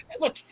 Look